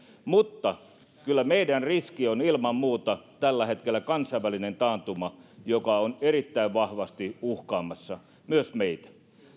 mutta kyllä meidän riskinämme on ilman muuta tällä hetkellä kansainvälinen taantuma joka on erittäin vahvasti uhkaamassa myös meitä